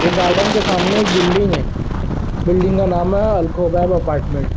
وہ گارڈن کے سامنے ایک بلڈنگ ہے بلڈنگ کا نام ہے الخبب اپارٹمنٹ